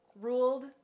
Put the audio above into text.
ruled